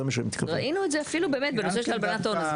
ראינו את זה אפילו בנושא של הלבנת הון,